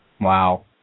Wow